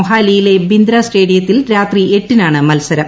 മൊഹാലിയിലെ ബിന്ദ്ര സ്റ്റേഡിയത്തിൽ രാത്രി എട്ടിനാണ് മത്സരം